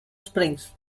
springs